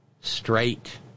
straight